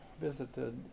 visited